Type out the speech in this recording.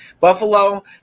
Buffalo